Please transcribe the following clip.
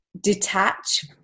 detach